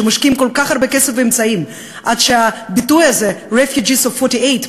שמשקיעים כל כך הרבה כסף ואמצעים עד שהביטוי הזה refugees of '48"",